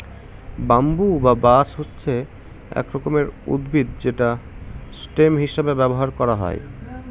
bamboo বা বাঁশ হচ্ছে এক রকমের উদ্ভিদ যেটা স্টেম হিসেবে ব্যবহার করা হয়